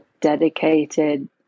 dedicated